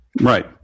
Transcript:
right